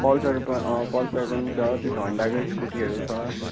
Pulsar Pulsar पनि छ अनि होन्डाकै स्कुटीहरू छ